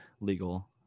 legal